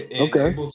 Okay